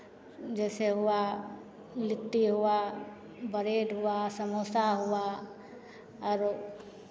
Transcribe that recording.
जैसे हुआ लिट्टी हुआ ब्रेड हुआ समोसा हुआ आरो